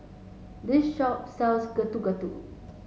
this shop sells Getuk Getuk